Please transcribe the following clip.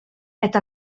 это